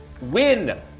Win